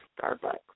Starbucks